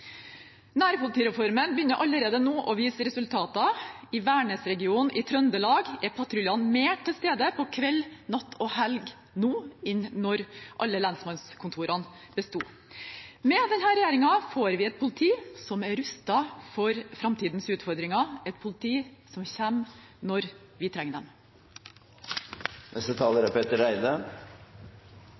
Nærpolitireformen begynner allerede nå å vise resultater. I Værnes-regionen i Trøndelag er patruljene mer til stede på kveld, natt og helg nå enn da alle lensmannskontorene besto. Med denne regjeringen får vi et politi som er rustet for framtidens utfordringer – et politi som kommer når vi trenger